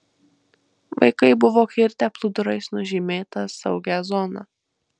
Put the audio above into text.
vaikai buvo kirtę plūdurais nužymėta saugią zoną